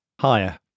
Higher